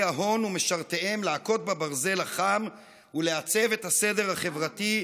ההון ומשרתיהם להכות בברזל החם ולעצב את הסדר החברתי,